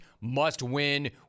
must-win